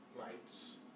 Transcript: lights